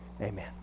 amen